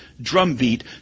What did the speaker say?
drumbeat